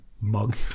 mug